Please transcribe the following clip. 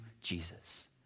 Jesus